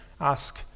ask